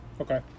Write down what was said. Okay